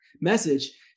message